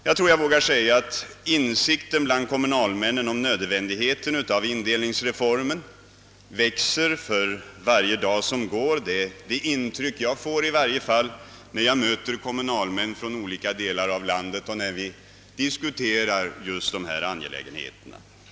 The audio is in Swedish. Jag tror att jag vågar säga att insikten bland kommunalmännen om nödvändigheten av indelningsreformen växer för varje dag som går. Det är i varje fall det intryck jag får när jag möter kommunalmän från olika delar av landet och när vi diskuterar dessa angelägenheter.